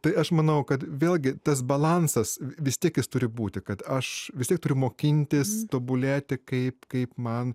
tai aš manau kad vėlgi tas balansas vis tiek jis turi būti kad aš vis tiek turiu mokintis tobulėti kaip kaip man